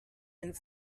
and